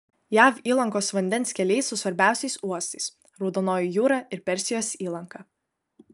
jav įlankos vandens keliai su svarbiausiais uostais raudonoji jūra ir persijos įlanka